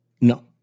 no